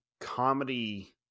comedy